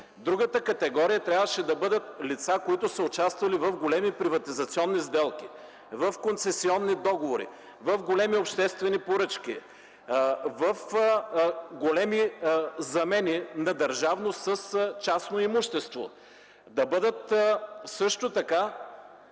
другата категория трябваше да бъдат лица, които са участвали в големи приватизационни сделки, в концесионни договори, в големи обществени поръчки, в големи замени на държавно с частно имущество. Да бъдат също така